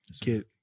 get